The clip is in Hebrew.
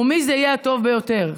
ומי זה שיהיה הטוב ביותר?